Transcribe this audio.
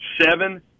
seven